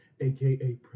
aka